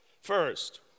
First